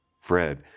Fred